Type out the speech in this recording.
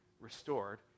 restored